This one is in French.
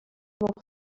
morceau